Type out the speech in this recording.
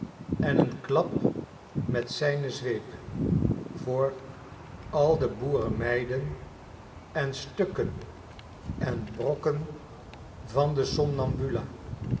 en een klap met zijne zweep voor al de boerenmeiden en stukken en brokken van de somnambula